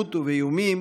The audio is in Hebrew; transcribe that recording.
באלימות ובאיומים,